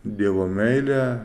dievo meilė